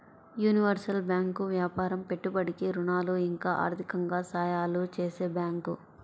universal bank వ్యాపారం పెట్టుబడికి ఋణాలు ఇంకా ఆర్థికంగా సహాయాలు చేసే బ్యాంకు